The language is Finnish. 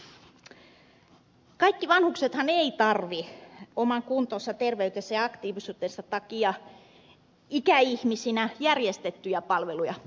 kaikki vanhuksethan eivät tarvitse oman kuntonsa terveytensä ja aktiivisuutensa takia ikäihmisinä järjestettyjä palveluja